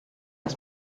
das